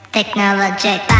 Technologic